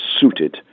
suited